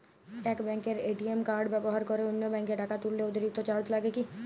এক ব্যাঙ্কের ATM card ব্যবহার করে অন্য ব্যঙ্কে টাকা তুললে অতিরিক্ত চার্জ লাগে কি?